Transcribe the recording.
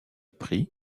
prix